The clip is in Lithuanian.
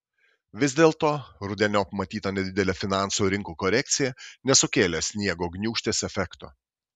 vis dėlto rudeniop matyta nedidelė finansų rinkų korekcija nesukėlė sniego gniūžtės efekto